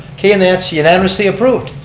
okay, and that's unanimously approved.